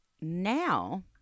now